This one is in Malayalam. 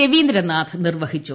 രവീന്ദ്രനാഥ് നിർവ്വഹിച്ചു